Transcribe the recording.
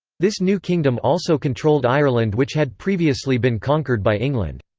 this new kingdom also controlled ireland which had previously been conquered by england.